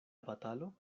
batalo